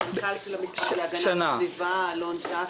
סמנכ"ל המשרד להגנת הסביבה, אלון זקס.